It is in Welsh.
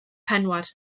penwar